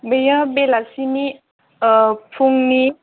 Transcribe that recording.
बेयो बेलासिनि फुंनि